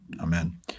Amen